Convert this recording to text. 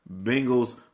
Bengals